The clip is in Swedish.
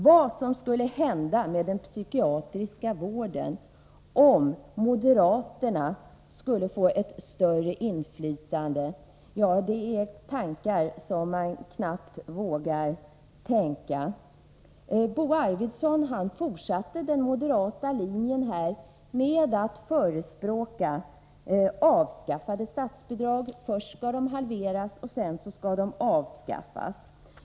Vad som skulle hända med den psykiatriska vården om moderaterna fick ett större inflytande, det vågar man knappast tänka på. Bo Arvidson gick vidare på den moderata linjen och förespråkade avskaffande av statsbidragen — först skall de halveras, och sedan avskaffas.